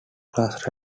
class